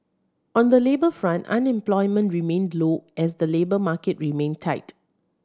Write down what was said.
on the labour front unemployment remained low as the labour market remained tight